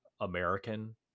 American